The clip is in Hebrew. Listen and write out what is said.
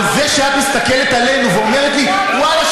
אבל זה שאת מסתכלת עלינו ואומרת לי: ואללה,